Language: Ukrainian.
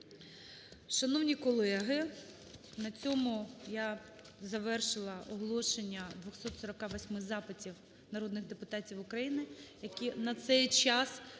Шановні колеги, на цьому я завершила оголошення 248 запитів народних депутатів України, які на цей час